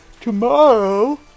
Tomorrow